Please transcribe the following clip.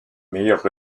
meilleurs